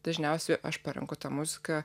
dažniausiai aš parenku ta muzika